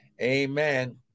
Amen